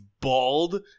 bald